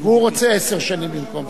הוא רוצה עשר שנים במקום זה.